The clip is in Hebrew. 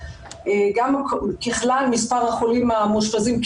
ככלל מספר החולים המאושפזים,